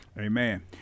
amen